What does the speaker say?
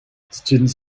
students